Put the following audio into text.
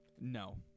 No